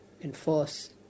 enforce